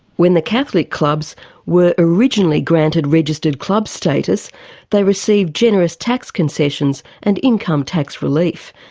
when the catholic clubs were originally granted registered club status they received generous tax concessions and income tax relief,